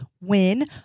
Win